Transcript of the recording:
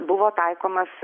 buvo taikomas